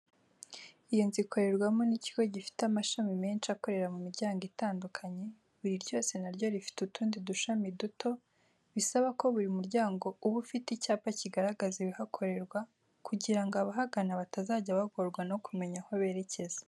Iyo inzu ikorerwamo n'ikigo gifite amashami menshi akorera mu miryango itandukanye, buri ryose na ryo rifite utundi dushami duto, bisaba ko buri muryango uba ufite icyapa kigaragaza ibihakorerwa, kugirango ababagana batazajya bagorwa no kumenya aho berekeza.